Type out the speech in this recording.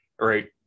right